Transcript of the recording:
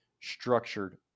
structured